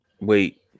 wait